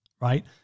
right